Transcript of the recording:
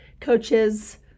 coaches